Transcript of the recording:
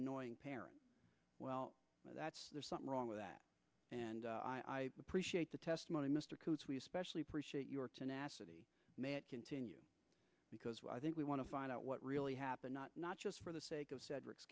annoying parent well that's there's something wrong with that and i appreciate the testimony mr coach we especially appreciate your tenacity continue because i think we want to find out what really happened not just for the sake of cedric